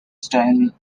style